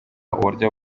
uburyo